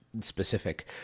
specific